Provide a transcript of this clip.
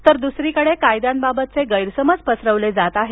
तर दुसरीकडे कायद्यांबाबतचे गैरसमज पसरवले जात आहेत